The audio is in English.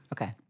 Okay